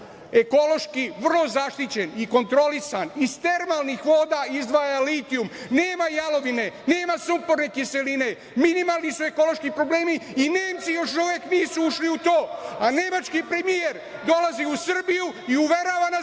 ekološki vrlo zaštićen i kontrolisan iz termalnih voda izdvaja litijum nema jalovine, nema sumporne kiseline minimalni su ekološki problemi i Nemci još uvek nisu ušli u to, a Nemački premijer dolazi u Srbiju i uverava nas